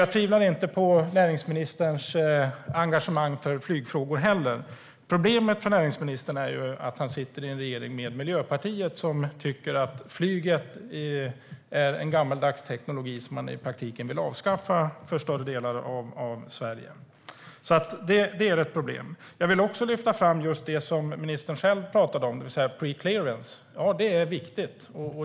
Jag tvivlar heller inte på näringsministerns engagemang för flygfrågor. Problemet för näringsministern är att han sitter i en regering med Miljöpartiet som tycker att flyget är en gammeldags teknik som man i praktiken vill avskaffa för större delar av Sverige. Det är ett problem. Jag vill också lyfta fram det som ministern själv talade om, det vill säga preclearance. Det är viktigt.